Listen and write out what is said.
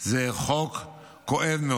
זה חוק כואב מאוד.